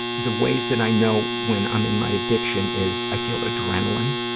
the ways that i know when i'm in my addiction is i feel adrenaline.